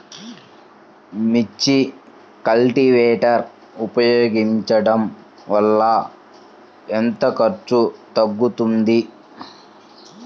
మిర్చి కల్టీవేటర్ ఉపయోగించటం వలన ఎంత ఖర్చు తగ్గుతుంది?